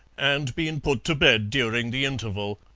and been put to bed during the interval.